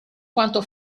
quanto